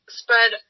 spread